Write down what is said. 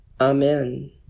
amen